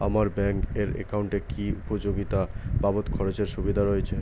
আমার ব্যাংক এর একাউন্টে কি উপযোগিতা বাবদ খরচের সুবিধা রয়েছে?